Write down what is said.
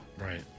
Right